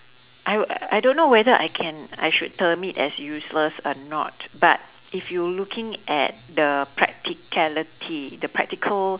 I wil~ I don't know whether I can I should term it as useless or not but if you looking at the practicality the practical